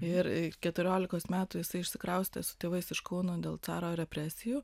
ir keturiolikos metų jisai išsikraustė su tėvais iš kauno dėl caro represijų